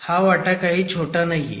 हा वाटा काही छोटा नाहीये